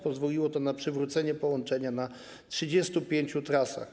Pozwoliło to na przywrócenie połączenia na 35 trasach.